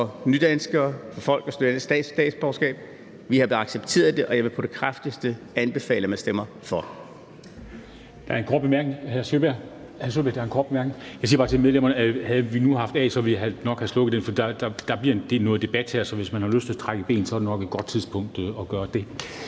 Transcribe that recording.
for nydanskere, for folk at søge et statsborgerskab. Vi har accepteret det, og jeg vil på det kraftigste anbefale, at man stemmer for.